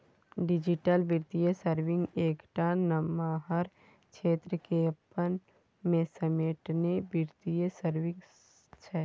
digital बित्तीय service एकटा नमहर क्षेत्र केँ अपना मे समेटने बित्तीय सर्विस छै